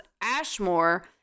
Ashmore